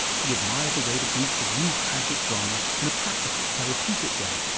he admired the way the greeks had used tragic drama in a practical, therapeutic way,